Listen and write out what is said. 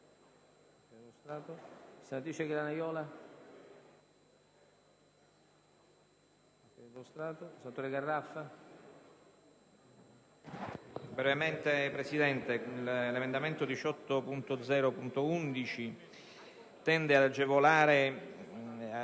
Presidente, l'emendamento 18.0.11 tende ad agevolare